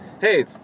hey